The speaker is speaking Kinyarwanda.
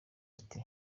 ati